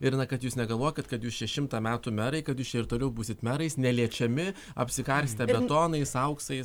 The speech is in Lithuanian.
ir na kad jūs negalvokit kad jūs čia šimtą metų merai kad ir toliau būsit merais neliečiami apsikarstę betonais auksais